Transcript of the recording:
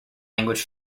language